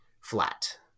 flat